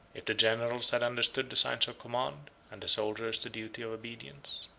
if the generals had understood the science of command, and the soldiers the duty of obedience.